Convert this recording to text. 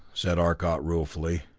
said arcot ruefully,